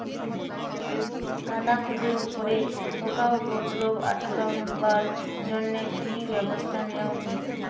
গাঁদা ফুলের উপরে পোকার উপদ্রব আটকেবার জইন্যে কি ব্যবস্থা নেওয়া উচিৎ?